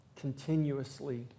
continuously